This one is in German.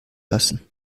lassen